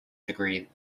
degree